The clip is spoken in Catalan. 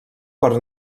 per